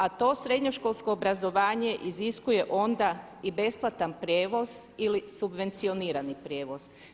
A to srednjoškolsko obrazovanje iziskuje onda i besplatan prijevoz ili subvencionirani prijevoz.